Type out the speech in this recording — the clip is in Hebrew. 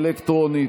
הצבעה אלקטרונית.